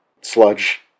sludge